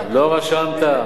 לא רשמת.